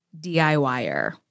DIYer